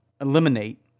eliminate